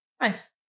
nice